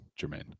jermaine